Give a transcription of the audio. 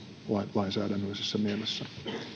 lainsäädännöllisessä mielessä